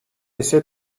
ise